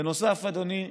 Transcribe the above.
בנוסף, אדוני,